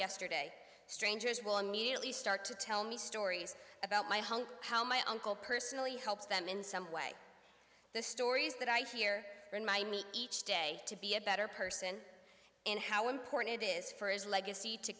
yesterday strangers will immediately start to tell me stories about my home how my uncle personally helped them in some way the stories that i hear in my meet each day to be a better person and how important it is for his legacy to